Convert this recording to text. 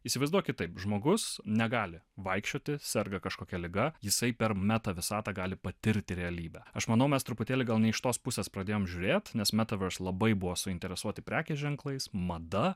įsivaizduokit taip žmogus negali vaikščioti serga kažkokia liga jisai per meta visatą gali patirti realybę aš manau mes truputėlį gal ne iš tos pusės pradėjom žiūrėt nes metaverse labai buvo suinteresuoti prekės ženklais mada